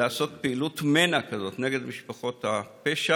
לעשות פעילות מנע כזאת נגד משפחות הפשע